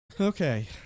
Okay